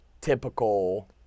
typical